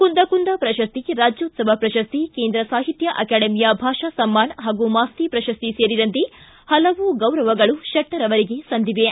ಕುಂದಕುಂದ ಪ್ರಶಸ್ತಿ ರಾಜ್ಯೋತ್ತವ ಪ್ರಶಸ್ತಿ ಕೇಂದ್ರ ಸಾಹಿತ್ಯ ಅಕಾಡೆಮಿಯ ಭಾಷಾ ಸಮ್ಮಾನ ಹಾಗೂ ಮಾಸ್ತಿ ಪ್ರಶಸ್ತಿ ಸೇರಿದಂತೆ ಹಲವು ಗೌರವಗಳೂ ಶಟ್ಟರ್ ಅವರಿಗೆ ಸಂದಿವೆ